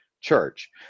church